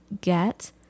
get